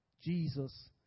Jesus